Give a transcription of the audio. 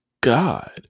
God